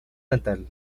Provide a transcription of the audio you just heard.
natal